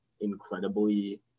incredibly –